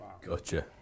Gotcha